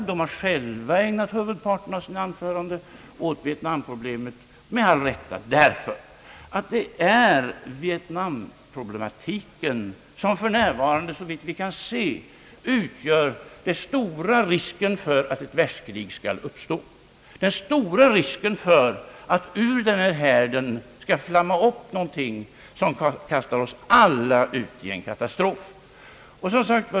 Talarna har själva ägnat huvudparten av sina anföranden åt vietnamproblemet, med all rätt därför att det är vietnamproblematiken som för närvarande, såvitt vi kan se, utgör den stora risken för att ett världskrig skall uppstå — den stora risken för att ur denna härd skall flamma upp någonting som kastar oss alla ut i en katastrof.